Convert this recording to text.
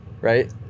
Right